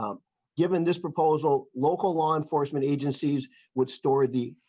um given this proposal local law enforcement agencies would store the.